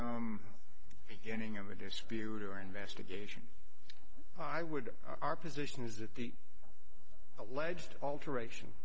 getting in a dispute or investigation i would our position is that the alleged alteration